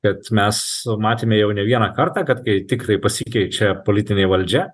kad mes matėme jau ne vieną kartą kad kai tiktai pasikeičia politinė valdžia